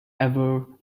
ever